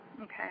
okay